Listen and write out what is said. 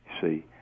See